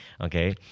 okay